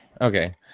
okay